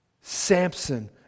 Samson